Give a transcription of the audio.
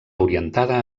orientada